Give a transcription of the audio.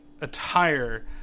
attire